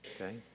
okay